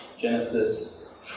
Genesis